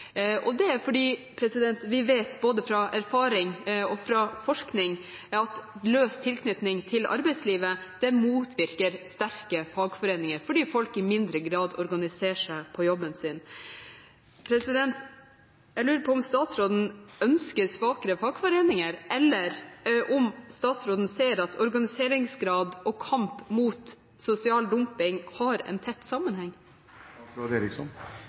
tilsettinger. Det er fordi vi vet både av erfaring og fra forskning at løs tilknytning til arbeidslivet motvirker sterke fagforeninger, fordi folk i mindre grad organiserer seg på jobben sin. Jeg lurer på om statsråden ønsker svakere fagforeninger, eller om statsråden ser at organiseringsgrad og kamp mot sosial dumping har en tett